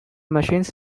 machines